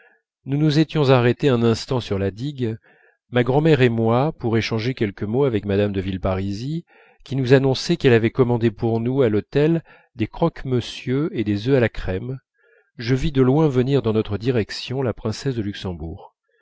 nous nous étions arrêtés un instant sur la digue ma grand'mère et moi pour échanger quelques mots avec mme de villeparisis qui nous annonçait qu'elle avait commandé pour nous à l'hôtel des croque monsieur et des œufs à la crème je vis de loin venir dans notre direction la princesse de luxembourg